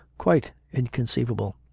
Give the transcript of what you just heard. quite inconceivable.